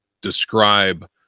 describe